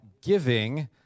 giving